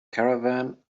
caravan